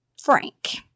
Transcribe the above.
Frank